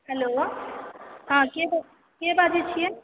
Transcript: hello हँ के बाजै के बाजै छियै